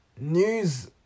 news